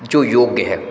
जो योग्य है